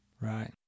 Right